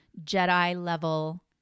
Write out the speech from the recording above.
Jedi-level